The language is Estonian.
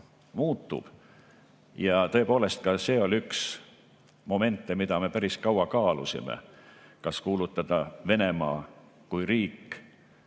Ja tõepoolest, see oli üks momente, mida me päris kaua kaalusime, kas kuulutada Venemaa kui riik